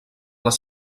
les